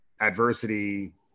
adversity